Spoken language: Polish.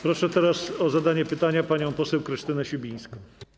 Proszę teraz o zadanie pytania panią poseł Krystynę Sibińską.